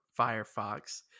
Firefox